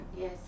Yes